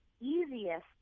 easiest